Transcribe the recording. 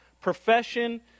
profession